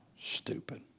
stupid